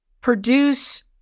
Produce